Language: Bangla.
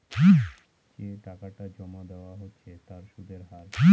যে টাকাটা জমা দেওয়া হচ্ছে তার সুদের হার